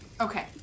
Okay